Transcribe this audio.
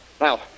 Now